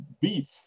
beef